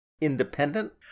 Independent